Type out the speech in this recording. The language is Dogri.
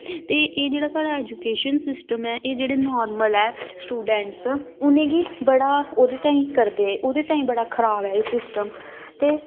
ते एह् जेह्ड़ा साढ़ा ऐजुकेशन सिस्टम ऐ एह् जेह्ड़े नॉर्मल ए स्टूडैंटस उनेंगी बड़ा ओह्दे तांईं करदे ओह्दे तांईं बड़ा खराब ऐ एह् सिस्टम ते